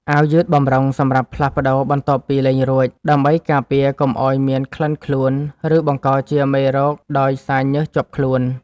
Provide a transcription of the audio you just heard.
អាវយឺតបម្រុងសម្រាប់ផ្លាស់ប្ដូរបន្ទាប់ពីលេងរួច ដើម្បីការពារកុំឱ្យមានក្លិនខ្លួន ឬបង្កជាមេរោគដោយសារញើសជាប់ខ្លួន។